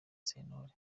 sentore